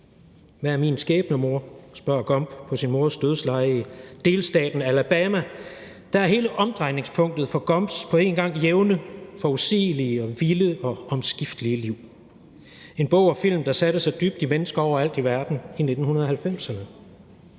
Hvad er min skæbne, mor? Det spørger Gump på sin mors dødsleje i delstaten Alabama, der er hele omdrejningspunktet for Gumps på en gang jævne, forudsigelige og vilde og omskiftelige liv – en bog og en film, der satte sig dybt i mennesker overalt i verden i 1990'erne.